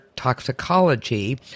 toxicology